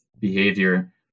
behavior